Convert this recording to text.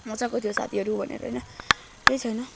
मजाको थियो साथीहरू भनेर होइन केही छैन